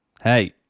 Hey